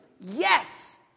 yes